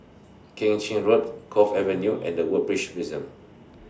Keng Chin Road Cove Avenue and The Woodbridge Museum